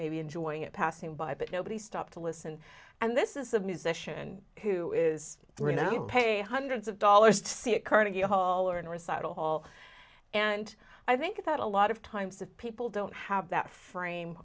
maybe enjoying it passing by but nobody stopped to listen and this is a musician who is paid hundreds of dollars to see a carnegie hall or an recital hall and i think that a lot of times of people don't have that frame